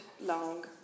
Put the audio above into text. long